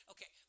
Okay